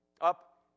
up